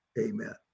amen